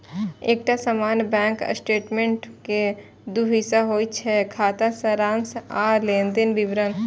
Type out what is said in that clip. एकटा सामान्य bank statement के दू हिस्सा होइ छै, खाता सारांश आ लेनदेनक विवरण